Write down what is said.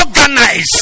organize